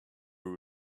will